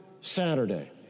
Saturday